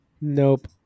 Nope